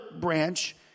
branch